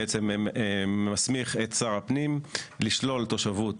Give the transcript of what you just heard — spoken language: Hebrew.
שמסמיך את שר הפנים לשלול תושבות